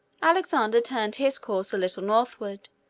alexander turned his course a little northward,